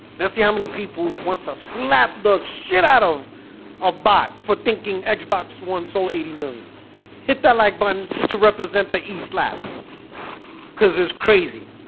let's see how many people wants to slap the shit out of a bot for thinking xbox one sold eighty million hit that like button to represent the east lap cuz it's crazy